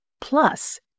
plus